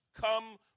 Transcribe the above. come